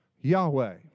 Yahweh